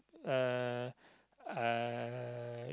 uh uh